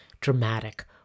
dramatic